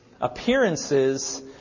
appearances